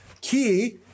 key